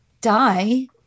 die